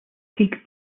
peak